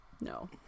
no